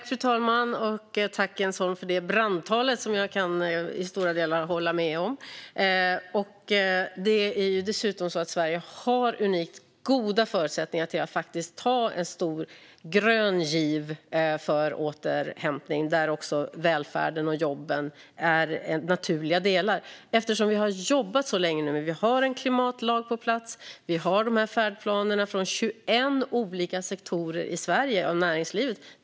Fru talman! Tack, Jens Holm, för ditt brandtal! Jag kan i stora delar hålla med. Sverige har unikt goda förutsättningar för en stor grön giv i återhämtningen. I den är välfärden och jobben naturliga delar, eftersom vi har jobbat så länge med detta. Vi har en klimatlag på plats. Vi har färdplaner för 21 olika sektorer av Sveriges näringsliv.